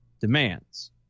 demands